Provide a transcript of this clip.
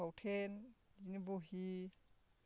फावथेन बिदिनो बहि